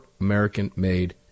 American-made